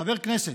חבר כנסת,